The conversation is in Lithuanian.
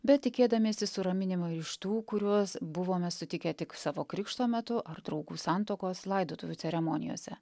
bet tikėdamiesi suraminimo ir iš tų kuriuos buvome sutikę tik savo krikšto metu ar draugų santuokos laidotuvių ceremonijose